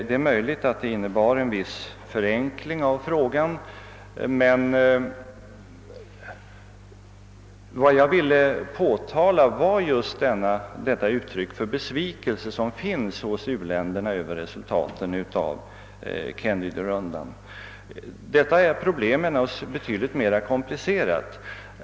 Det är möjligt att det innebar en viss förenkling av frågan, men vad jag ville påtala var just detta uttryck för besvikelse hos u-länderna över resultaten av Kennedyronden. Detta problem är naturligtvis betyd ligt mera komplicerat.